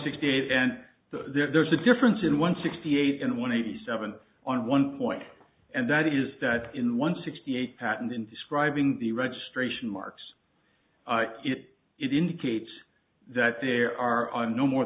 sixty eight and there is a difference in one sixty eight and one eighty seven on one point and that is that in one sixty eight patent in describing the registration marks it it indicates that there are no more